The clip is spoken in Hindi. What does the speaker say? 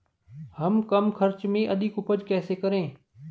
हम कम खर्च में अधिक उपज कैसे करें?